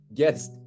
guest